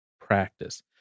practice